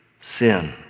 sin